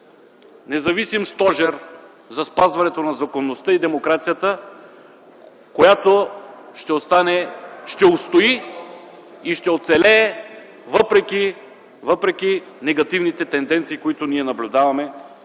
независим стожер за спазването на законността и демокрацията, който ще устои и ще оцелее въпреки негативните тенденции, които наблюдаваме